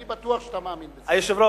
אני בטוח שאתה מאמין בזה.